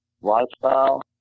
lifestyle